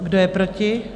Kdo je proti?